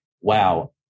wow